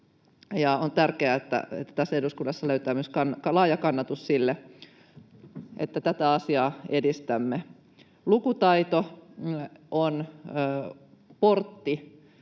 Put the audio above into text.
on tärkeää, että tästä eduskunnasta löytyy myös laaja kannatus sille, että tätä asiaa edistämme. Lukutaito on portti